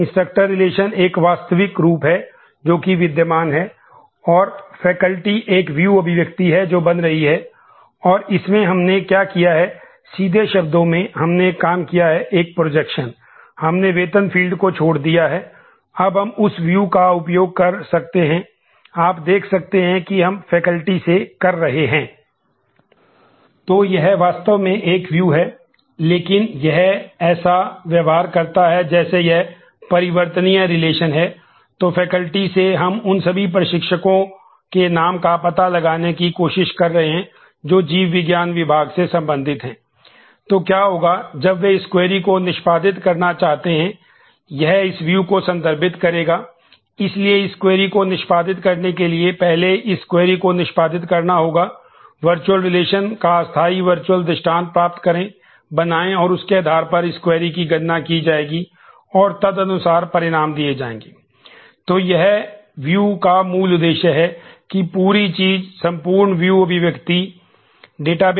तो यह वास्तव में एक व्यू की गणना की जाएगी और तदनुसार परिणाम दिए जाएंगे